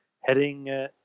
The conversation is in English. heading